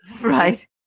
Right